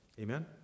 Amen